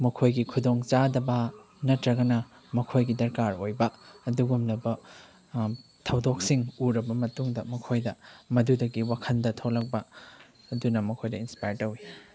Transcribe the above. ꯃꯈꯣꯏꯒꯤ ꯈꯨꯗꯣꯡ ꯆꯥꯗꯕ ꯅꯠꯇ꯭ꯔꯒꯅ ꯃꯈꯣꯏꯒꯤ ꯗꯔꯀꯥꯔ ꯑꯣꯏꯕ ꯑꯗꯨꯒꯨꯝꯂꯕ ꯊꯧꯗꯣꯛꯁꯤꯡ ꯎꯔꯕ ꯃꯇꯨꯡꯗ ꯃꯈꯣꯏꯗ ꯃꯗꯨꯗꯒꯤ ꯋꯥꯈꯟꯗ ꯊꯣꯛꯂꯛꯄ ꯑꯗꯨꯅ ꯃꯈꯣꯏꯗ ꯏꯟꯁꯄꯥꯌꯔ ꯇꯧꯏ